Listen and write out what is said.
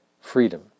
freedom